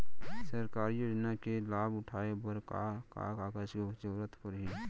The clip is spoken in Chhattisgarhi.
सरकारी योजना के लाभ उठाए बर का का कागज के जरूरत परही